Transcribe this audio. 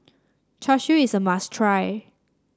Char Siu is a must try